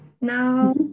Now